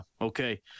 okay